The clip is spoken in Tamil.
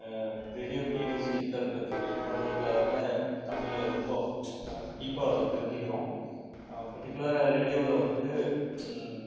ரேடியோ டிவி செய்தித்தாள் பத்திரிக்கை போன்றவற்றில் வர்ற தமிழை ரொம்ப டீப்பாக தெரிஞ்சுக்கிறோம் பர்ட்டிக்குலராக ரேடியோவில் வந்துட்டு